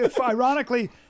Ironically